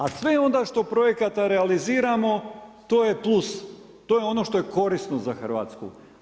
A sve onda što projekata realiziramo to je plus, to je ono što je korisno za Hrvatsku.